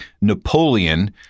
Napoleon